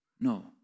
No